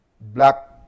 black